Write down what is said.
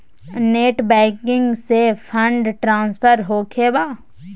Net banking से fund transfer होखें बा?